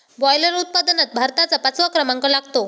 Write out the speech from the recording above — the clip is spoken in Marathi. बॉयलर उत्पादनात भारताचा पाचवा क्रमांक लागतो